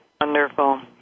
wonderful